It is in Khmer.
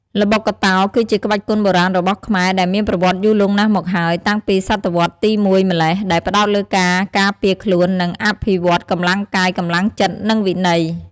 ល្បុក្កតោ គឺជាក្បាច់គុនបុរាណរបស់ខ្មែរ ដែលមានប្រវត្តិយូរលង់ណាស់មកហើយ តាំងពីសតវត្សរ៍ទី ១ ម្ល៉េះ ដែលផ្តោតលើការការពារខ្លួន និងអភិវឌ្ឍកម្លាំងកាយ កម្លាំងចិត្ត និងវិន័យ។